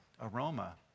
aroma